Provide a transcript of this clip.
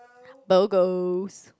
Bogos